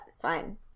fine